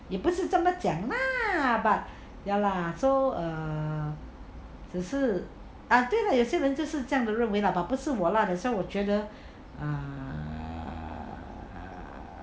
也不是这么讲 lah but ya lah so err 只是对 lah 有些人就是这样子认为 lah but 不是我 lah that's why 我觉得 err